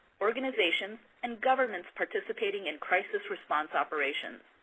organizations, and governments participating in crisis response operations.